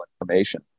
information